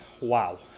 Wow